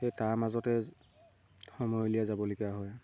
সেই তাৰ মাজতে সময় উলিয়াই যাবলগীয়া হয়